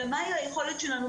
אלא מהי היכולת שלנו,